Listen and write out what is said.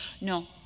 No